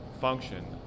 function